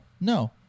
No